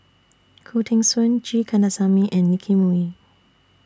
Khoo Teng Soon G Kandasamy and Nicky Moey